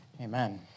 Amen